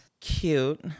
Cute